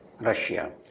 Russia